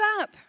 up